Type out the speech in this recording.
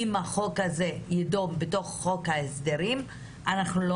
אם החוק הזה יידון בתוך חוק ההסדרים אנחנו לא